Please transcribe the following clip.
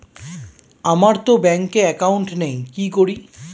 আমারতো ব্যাংকে একাউন্ট নেই কি করি?